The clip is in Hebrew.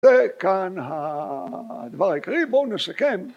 ‫וכאן הדבר העיקרי, בואו נסכם